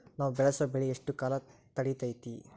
ನಾವು ಬೆಳಸೋ ಬೆಳಿ ಎಷ್ಟು ಕಾಲ ತಡೇತೇತಿ?